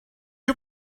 you